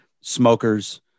smokers